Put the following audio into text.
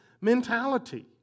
mentality